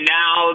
now